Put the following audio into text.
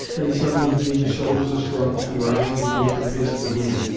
then suddenly he gave his shoulders a shrug, and, rising, began to pace the room.